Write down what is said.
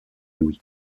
louis